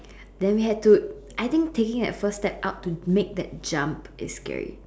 then we had to I think taking that first step up to make that jump is scary